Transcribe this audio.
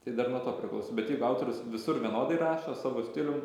tai dar nuo to priklauso bet jeigu autorius visur vienodai rašo savo stilium